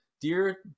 Dear